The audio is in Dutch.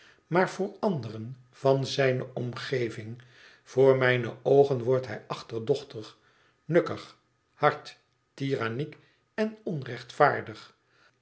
maar voor anderen van zijne omgeving voor mijne oogen wordt hij achterdochtig nukkig hard tiranniek en onrechtvaardig